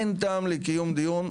אין טעם לקיום דיון,